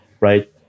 right